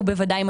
תנו לי את זה,